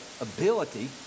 ability